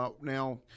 Now